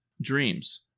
dreams